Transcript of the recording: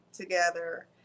together